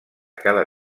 cada